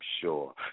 sure